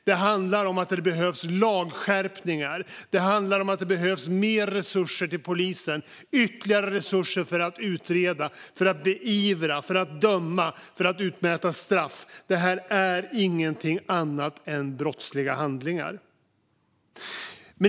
Det handlar om att det behövs lagskärpningar och mer resurser till polisen, ytterligare resurser för att utreda, för att beivra, för att döma och för att utmäta straff. Det är ingenting annat än brottsliga handlingar.